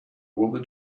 woman